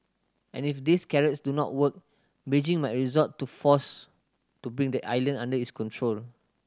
and if these carrots do not work Beijing might resort to force to bring the island under its control